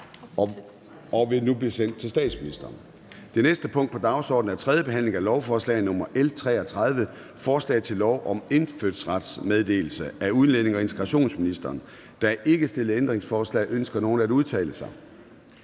og vil nu blive sendt til statsministeren. --- Det næste punkt på dagsordenen er: 6) 3. behandling af lovforslag nr. L 33: Forslag til lov om indfødsrets meddelelse. Af udlændinge- og integrationsministeren (Kaare Dybvad Bek). (Fremsættelse